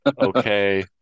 okay